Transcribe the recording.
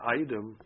item